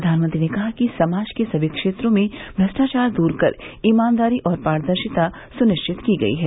प्रधानमंत्री ने कहा कि समाज के सभी क्षेत्रों से भ्रष्टाचार दूर कर ईमानदारी और पारदर्शिता सुनिश्चित की गई है